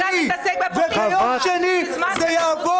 --------- זה יעבור,